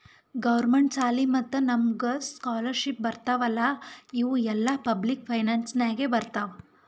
government ಸಾಲಿ ಮತ್ತ ನಮುಗ್ ಸ್ಕಾಲರ್ಶಿಪ್ ಬರ್ತಾವ್ ಅಲ್ಲಾ ಇವು ಎಲ್ಲಾ ಪಬ್ಲಿಕ್ ಫೈನಾನ್ಸ್ ನಾಗೆ ಬರ್ತಾವ್